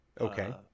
Okay